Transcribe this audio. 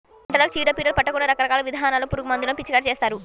పంటలకు చీడ పీడలు పట్టకుండా రకరకాల విధానాల్లో పురుగుమందులను పిచికారీ చేస్తారు